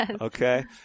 Okay